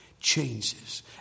changes